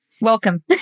Welcome